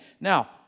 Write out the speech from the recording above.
Now